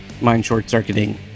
mind-short-circuiting